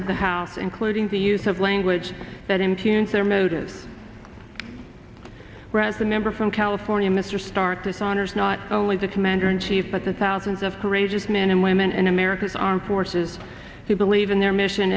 of the house including the use of language that impugns their motives whereas the number from california mr stark dishonors not only the commander in chief but the thousands of courageous men and women in america's armed forces who believe in their mission